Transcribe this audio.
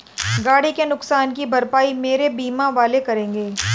गाड़ी के नुकसान की भरपाई मेरे बीमा वाले करेंगे